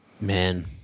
Man